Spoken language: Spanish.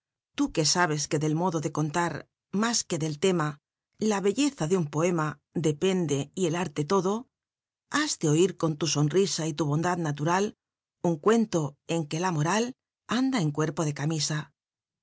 tú que sabes que del modo de conlat más que del tema la belleza de un poema depende r el arte todo itas de oír con ln sonrisa y tu bondad natural un cuettlo en r uc la moral anda en cuerpo ele camisa